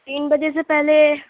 تین بجے سے پہلے